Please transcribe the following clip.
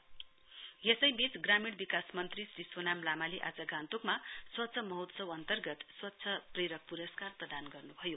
स्वच्छ प्रेरक अवार्ड ग्रामीण विकास मन्त्री श्री सोनाम लामाले आज गान्तोकमा स्वच्छ महोत्सव अन्तर्गत स्वच्छ प्रेरक पुरस्कार प्रदान गर्नुभयो